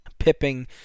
pipping